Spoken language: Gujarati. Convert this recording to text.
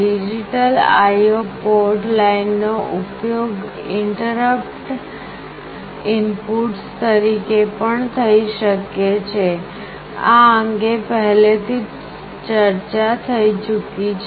ડિજિટલ IO પોર્ટ લાઇનનો ઉપયોગ ઇન્ટરપટ ઇનપુટ્સ તરીકે પણ થઈ શકે છે આ અંગે પહેલેથી જ ચર્ચા થઈ ચુકી છે